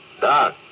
Doc